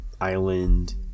island